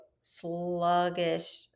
sluggish